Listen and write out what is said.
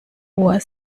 uhr